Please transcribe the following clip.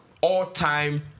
all-time